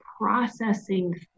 processing